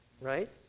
right